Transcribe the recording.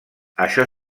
això